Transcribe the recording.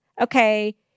okay